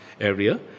area